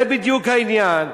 זה בדיוק העניין.